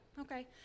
Okay